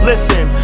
Listen